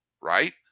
right